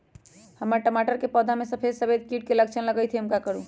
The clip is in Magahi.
हमर टमाटर के पौधा में सफेद सफेद कीट के लक्षण लगई थई हम का करू?